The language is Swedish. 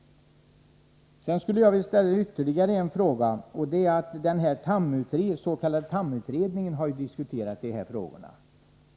Sedan skulle jag vilja ställa ytterligare en fråga. Den s.k. Thamutredningen har ju behandlat de här frågorna.